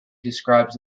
describes